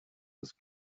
was